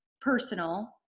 personal